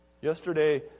Yesterday